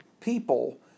people